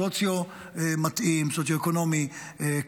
מצב סוציו-אקונומי מתאים,